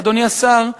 אדוני השר,